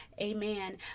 amen